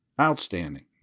Outstanding